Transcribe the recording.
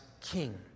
King